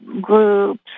groups